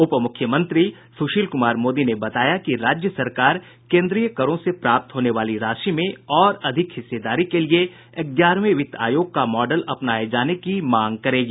उप मुख्यमंत्री सुशील कुमार मोदी ने बताया कि राज्य सरकार केन्द्रीय करों से प्राप्त होने वाली राशि में और अधिक हिस्सेदारी के लिए ग्यारहवें वित्त आयोग का मॉडल अपनाए जाने की मांग करेगी